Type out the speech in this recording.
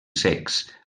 secs